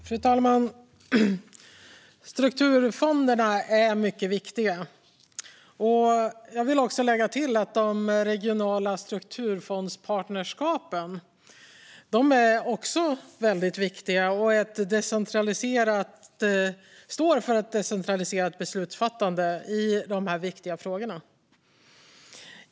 Fru talman! Strukturfonderna är mycket viktiga. Jag vill lägga till att också de regionala strukturfondspartnerskapen är mycket viktiga och står för ett decentraliserat beslutsfattande i dessa viktiga frågor.